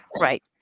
Right